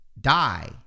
die